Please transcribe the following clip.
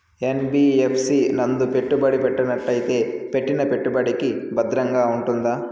NBFC నందు పెట్టుబడి పెట్టినట్టయితే పెట్టిన పెట్టుబడికి భద్రంగా ఉంటుందా?